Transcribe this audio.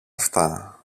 αυτά